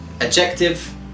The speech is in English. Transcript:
adjective